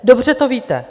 Dobře to víte.